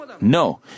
No